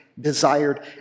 desired